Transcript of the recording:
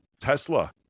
Tesla